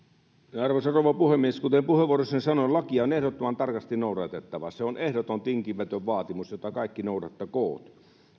arvoisa rouva puhemies kuten puheenvuorossani sanoin lakia on ehdottoman tarkasti noudatettava se on ehdoton tinkimätön vaatimus jota kaikki noudattakoon